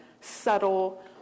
subtle